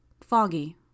Foggy